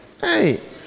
Hey